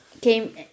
came